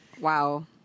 wow